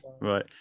Right